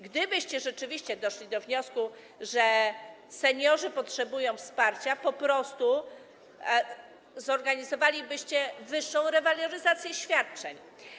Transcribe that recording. Gdybyście rzeczywiście doszli do wniosku, że seniorzy potrzebują wsparcia, po prostu zorganizowalibyście wyższą rewaloryzację świadczeń.